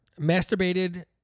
masturbated